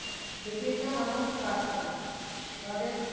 বিভিন্ন মানুষ বাস করে তাাদের